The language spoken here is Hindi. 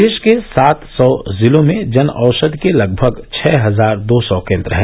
देश के सात सौ जिलों में जनऔषधि के लगभग छह हजार दो सौ केन्द्र हैं